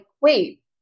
wait